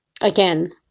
again